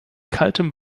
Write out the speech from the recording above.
kaltem